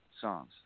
songs